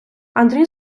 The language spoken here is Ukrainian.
андрій